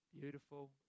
beautiful